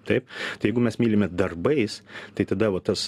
taip tai jeigu mes mylime darbais tai tada vo tas